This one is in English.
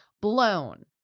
blown